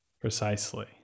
precisely